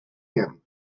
him